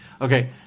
Okay